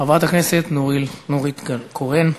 חברת הכנסת נורית קורן,